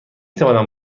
توانم